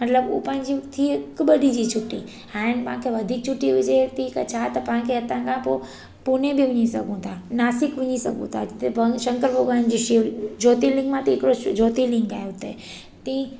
मतलबु हू पंहिंजी थी त हिकु ॿ ॾींहं जी छुटी हाणे पाण खे वधीक छुटी हुजे थी छा पाण खे हितां खां पोइ पूणे बि वञी सघूं था नासिक वञी सघूं था हिते पाण खे शंकर भॻवान जी शिव ज्योतिर्लिंग मां थी हिकिड़ो ज्योतिर्लिंग आहे हुते त